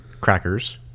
crackers